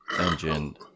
engine